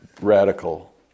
radical